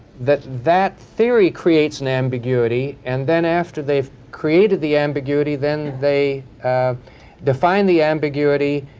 that that theory creates an ambiguity. and then, after they've created the ambiguity, then they define the ambiguity,